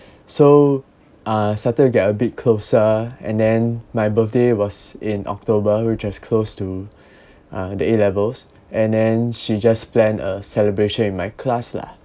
so uh started to get a bit closer and then my birthday was in october which is close to uh the A levels and then she just planned a celebration in my class lah